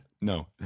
No